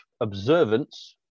observance